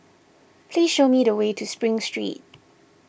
please show me the way to Spring Street